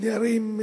נערים,